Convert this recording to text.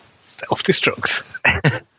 self-destruct